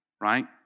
right